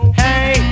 hey